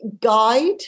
guide